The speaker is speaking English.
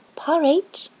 porridge